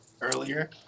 earlier